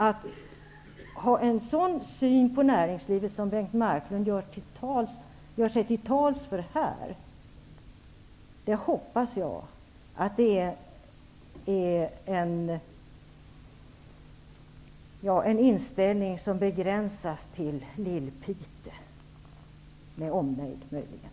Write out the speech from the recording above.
Att ha en sådan syn på näringslivet som Leif Marklund gör sig till tolk för här, hoppas jag är en inställning som begränsas till Lillpite, möjligen med omnejd.